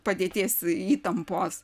padėties įtampos